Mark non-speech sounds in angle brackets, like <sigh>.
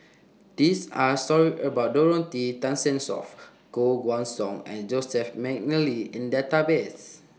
These Are stories about Dorothy Tessensohn <noise> Koh Guan Song and Joseph Mcnally in Database